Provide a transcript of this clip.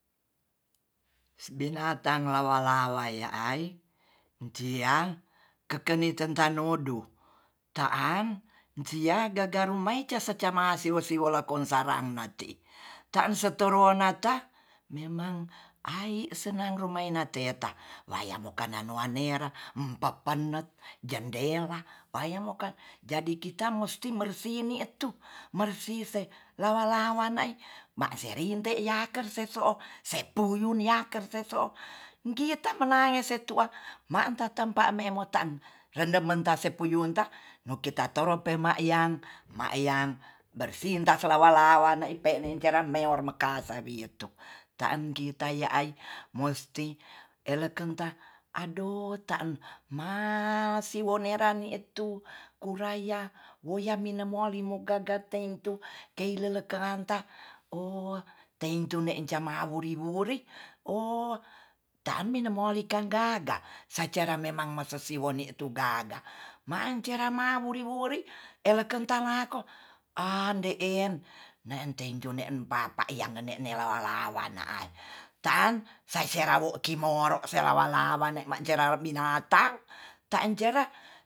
Binatang lawa lalai ai tia keke ni tetanodu ta'am tia gagarumai casaca maasi siwo siwo lakon sarang ne te'i tanso to torona nata memang ai sengan romaina teta waya mokana noanera papan no jendela bayem moka jadi kita mustin mersini tu mersi se lawa-lawa na'i ma serinte yaker seso'o sepuyun yaker seso'o kita menanges se tua ma'ta tampame motan rendementan sepunyunta mo kita toro pema'yang maya'yam bersih ta sewala-wala na ipe'ne ikeram meor mekasa wito ta'an kita ya ai musti eleken ta adoh ta'en masi wone rani etu kuraiya woyam minemuali mokagat teng tu kei lelekrangta o' tentu ne jamau rirui o' tanmi nemolikan gaga sacara memang mesesiwoni tu gaga mang ceramang wuriwuri elekeng talako ande'en ne'en tei tu ne papa yangene ne lalawanan tan saserawoki kimo woro selawa-lawa ne mancera binatang tanjera